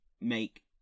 make